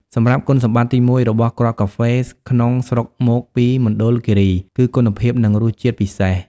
សម្រាប់គុណសម្បត្តិទីមួយរបស់គ្រាប់កាហ្វេក្នុងស្រុកមកពីមណ្ឌលគិរី គឺ គុណភាព និងរសជាតិពិសេស។